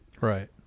Right